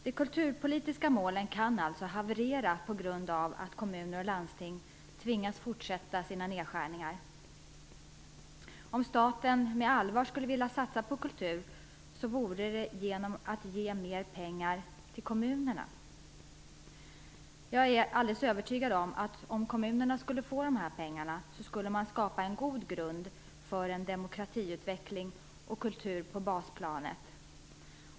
De kulturpolitiska målen kan haverera på grund av att kommuner och landsting tvingas att fortsätta med sina nedskärningar. Om staten på allvar ville satsa på kultur borde man ge mer pengar till kommunerna. Jag är alldeles övertygad om att om kommunerna fick dessa pengar skulle de skapa en god grund för demokratiutveckling och kultur på basplanet.